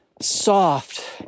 soft